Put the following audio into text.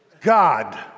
God